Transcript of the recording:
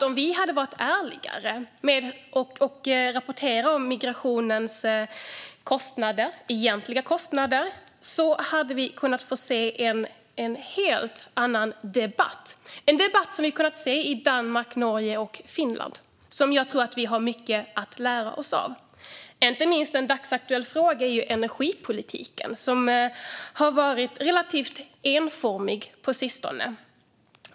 Om vi hade varit ärligare och rapporterat om migrationens egentliga kostnader tror jag att vi hade fått se en helt annan debatt - en debatt som vi har kunnat se i Danmark, Norge och Finland, som jag tror att vi har mycket att lära oss av. En annan dagsaktuell fråga är energipolitiken, där rapporteringen har varit relativt enformig på sistone.